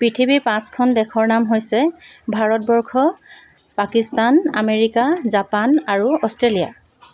পৃথিৱী পাঁচখন দেশৰ নাম হৈছে ভাৰতবৰ্ষ পাকিস্তান আমেৰিকা জাপান আৰু অষ্ট্ৰেলীয়া